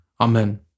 Amen